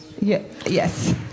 Yes